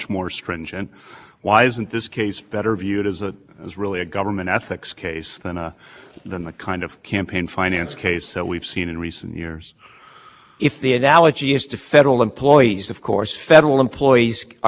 better viewed as a is really a government ethics case than a than the kind of campaign finance case that we've seen in recent years if the analogy is to federal employees of course federal employees are not limited in contributions i understand that